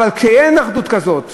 אבל כשאין אחדות כזאת,